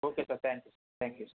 okay sir thank you thank you